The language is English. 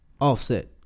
offset